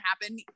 happen